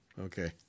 Okay